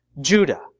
Judah